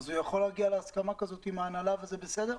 הוא יכול להגיע להסכמה כזאת עם ההנהלה וזה בסדר?